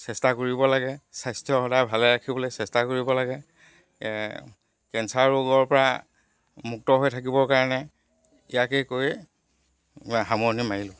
চেষ্টা কৰিব লাগে স্বাস্থ্য সদায় ভালে ৰাখিবলৈ চেষ্টা কৰিব লাগে কেঞ্চাৰ ৰোগৰ পৰা মুক্ত হৈ থাকিবৰ কাৰণে ইয়াকেই কৈ সামৰণি মাৰিলোঁ